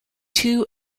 two